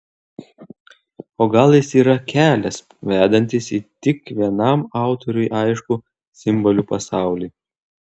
o gal jis yra kelias vedantis į tik vienam autoriui aiškų simbolių pasaulį